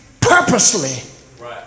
purposely